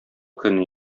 көне